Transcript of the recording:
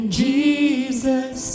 jesus